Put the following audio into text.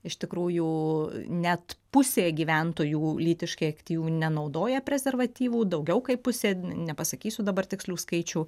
iš tikrųjų net pusė gyventojų lytiškai aktyvių nenaudoja prezervatyvų daugiau kaip pusė nepasakysiu dabar tikslių skaičių